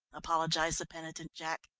apologised the penitent jack,